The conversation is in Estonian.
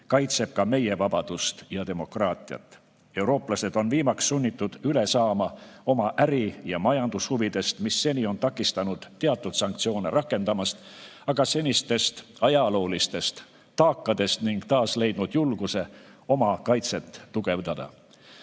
kaitseb ka meie vabadust ja demokraatiat. Eurooplased on viimaks sunnitud üle saama oma äri- ja majandushuvidest, mis seni on takistanud teatud sanktsioone rakendamast, aga ka senistest ajaloolistest taakadest ning taas leidnud julguse oma kaitset tugevdada.